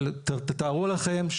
דרך אגב,